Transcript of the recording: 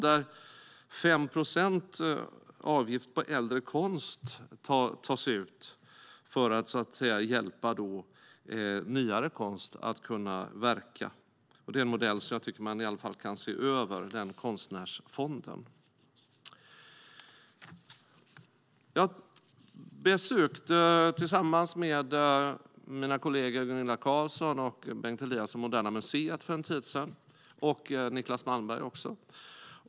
Man tar ut en 5-procentig avgift på äldre konst för att hjälpa nyare konst att kunna verka. Denna modell med en konstnärsfond är något som jag tycker att vi i alla fall borde se över. Tillsammans med mina kollegor Gunilla Carlsson, Bengt Eliasson och Niclas Malmberg besökte jag för en tid sedan Moderna Museet.